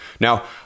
Now